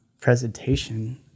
presentation